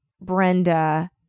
Brenda